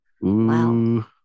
Wow